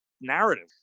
narrative